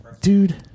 Dude